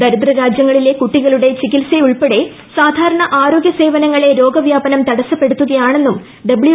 ദരിദ്രരാജ്യങ്ങളിലെ കുട്ടികളുടെ ചിക്ടിച്ച് യുൾപ്പെടെ സാധാരണ ആരോഗ്യ സേവനങ്ങളെ രോഗ്പ്യാപ്നം തടസപ്പെടുത്തുക യാണെന്നും ഡബ്ല്യൂ